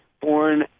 born